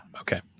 okay